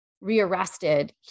rearrested